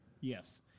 Yes